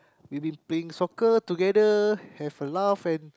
we been playing soccer together have a laugh and